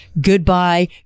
Goodbye